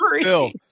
Phil